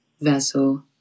vessel